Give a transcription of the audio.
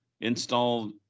installed